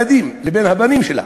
לסילבן,